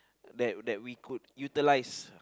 that that we could utilize